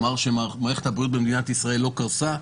נאמר שמערכת הבריאות במדינת ישראל לא קרסה.